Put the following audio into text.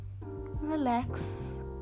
relax